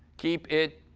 keep it.